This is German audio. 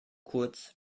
kurz